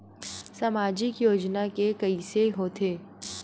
सामाजिक योजना के कइसे होथे?